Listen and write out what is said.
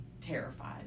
terrified